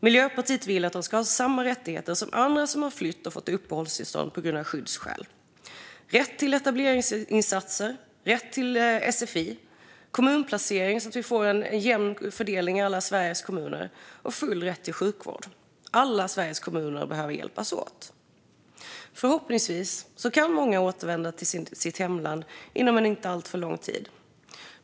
Miljöpartiet vill att de ska ha samma rättigheter som andra som har flytt och fått uppehållstillstånd på grund av skyddsskäl. De ska ha rätt till etableringsinsatser, rätt till sfi, rätt till kommunplacering så att vi får en jämn fördelning i Sveriges alla kommuner och full rätt till sjukvård. Alla Sveriges kommuner behöver hjälpas åt. Förhoppningsvis kan många återvända till sitt hemland om inte alltför lång tid.